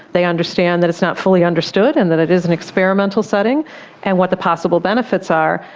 they understand that it's not fully understood and that it is an experimental setting and what the possible benefits are,